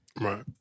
Right